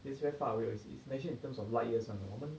it's very far away is is measured in terms of light years only 我们